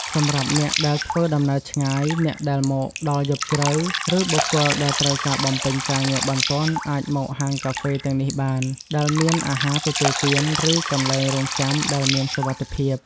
សម្រាប់អ្នកដែលធ្វើដំណើរឆ្ងាយ អ្នកដែលមកដល់យប់ជ្រៅ ឬបុគ្គលដែលត្រូវការបំពេញការងារបន្ទាន់អាចមក ហាងកាហ្វេទាំងនេះបាន ដែលមានអាហារទទួលទាន ឬកន្លែងរង់ចាំដែលមានសុវត្ថិភាព។